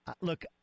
look